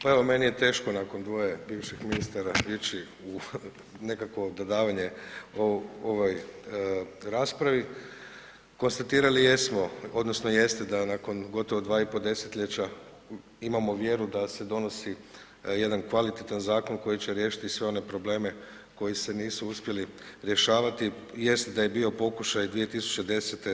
Pa evo, meni je teško nakon dvoje bivših ministara ići u nekakvo dodavanje ovoj raspravi, konstatirali jesmo odnosno jeste da nakon gotovo dva i pol desetljeća, imamo vjeru da se donosi jedan kvalitetan zakon koji će riješiti sve one probleme koji se nisu uspjeli rješavati, jest da je bio pokušaj 2010.